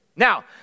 Now